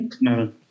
No